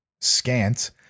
scant